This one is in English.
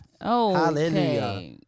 Hallelujah